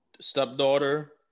stepdaughter